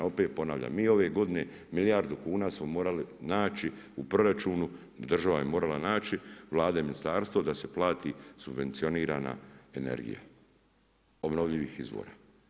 Opet ponavljam, mi ove godine milijardu kuna smo morali naći u proračunu država je morala naći, Vlada i ministarstvo da se plati subvencionira energija obnovljivih izvora.